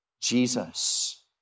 Jesus